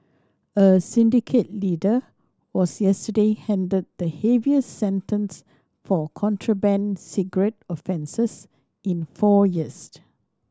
a syndicate leader was yesterday handed the heaviest sentence for contraband cigarette offences in four years